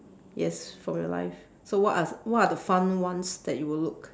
yes from your life so what are what are the fun ones that you will look